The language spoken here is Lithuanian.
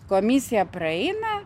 komisija praeina